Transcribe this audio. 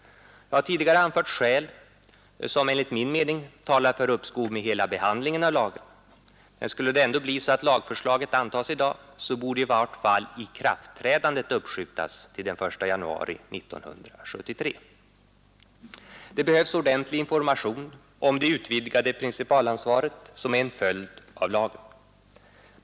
Jag har tidigare anfört skäl som enligt min mening talar för uppskov med hela behandlingen av lagen, men skulle det ändå bli så att lagförslaget antas i dag, borde: i vart fall ikraftträdandet uppskjutas till den 1 januari 1973. Det behövs ordentlig information om det utvidgade principalansvaret, som är en följd av lagen.